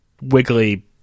wiggly